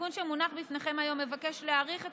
התיקון שמונח בפניכם היום מבקש להאריך את